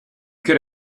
could